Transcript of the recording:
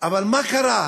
אבל מה קרה?